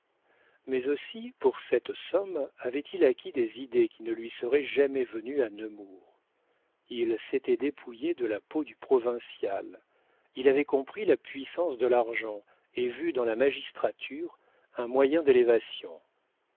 mais aussi pour cette somme avait-il acquis des idées qui ne lui seraient jamais venues à nemours il s'était dépouillé de la peau du provincial il avait compris la puissance de l'argent et vu dans la magistrature un moyen d'élévation